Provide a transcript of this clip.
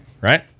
Right